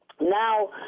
now